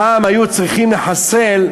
פעם היו צריכים, כדי לחסל,